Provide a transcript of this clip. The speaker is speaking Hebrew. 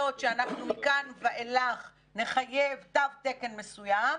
שאנחנו מכאן ואילך נחייב תו תקן מסוים,